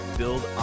build